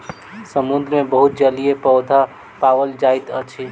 समुद्र मे बहुत जलीय पौधा पाओल जाइत अछि